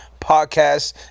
Podcast